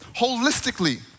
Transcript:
holistically